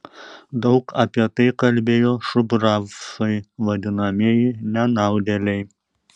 daug apie tai kalbėjo šubravcai vadinamieji nenaudėliai